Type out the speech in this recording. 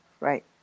Right